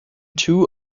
two